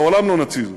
לעולם לא נציל זאת,